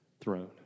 throne